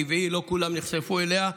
טבעי שלא כולם נחשפו אליה,